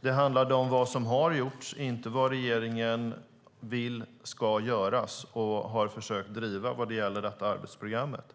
Det handlade om vad som har gjorts och inte vad regeringen vill ska göras och har försökt driva vad gäller arbetsprogrammet.